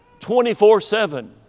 24-7